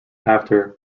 after